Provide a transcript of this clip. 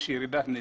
יש ירידה במספר.